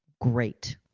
great